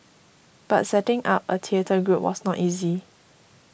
but setting up a theatre group was not easy